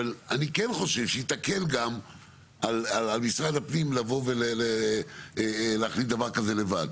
אבל אני כן חושב שהיא תקל גם על משרד הפנים לבוא ולהחליט דבר כזה לבד.